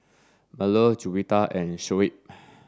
Melur Juwita and Shoaib